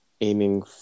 aiming